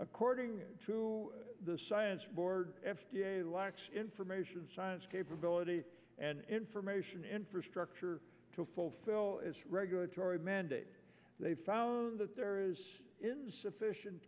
according to the science board f d a lacks information science capability and information infrastructure to fulfill its regulatory mandate they found that there is insufficient